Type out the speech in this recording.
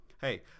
hey